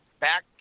back